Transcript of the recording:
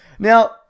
Now